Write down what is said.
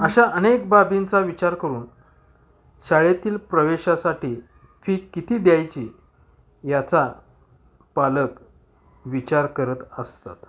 अशा अनेक बाबींचा विचार करून शाळेतील प्रवेशासाठी फी किती द्यायची याचा पालक विचार करत असतात